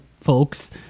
folks